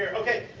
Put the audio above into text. ok.